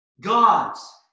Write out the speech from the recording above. God's